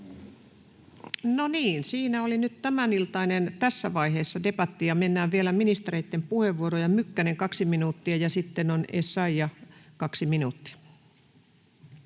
No niin, siinä oli nyt tämän iltainen tässä vaiheessa. Debattia mennään vielä ministereitten puheenvuoroilla. Mykkänen, kaksi minuuttia, ja sitten on Essayah, kaksi minuuttia.